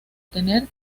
tener